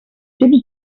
temps